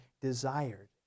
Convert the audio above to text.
desired